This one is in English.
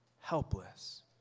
helpless